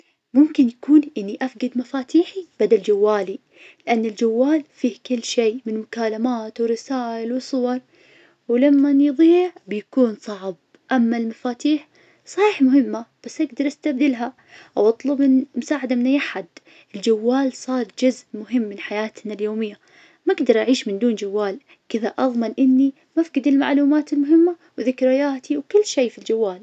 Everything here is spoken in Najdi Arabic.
ممكن يكون إني أفقد مفاتيحي بدل جوالي, لأن الجوال فيه كل شي من مكالمات ورسايل وصور, ولمن يضيع بيكون صعب, أما المفاتيح صحيح مهمة, بس أقدر استبدلها, أو اطلب المساعدة من اي احد, الجوال صار جزء من حياتنا اليومية, ماقدر أعيش من دون جوال, كذا أضمن إني ما افقد المعلومات المهمة, وذكرياتي وكل شيء في الجوال.